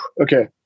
Okay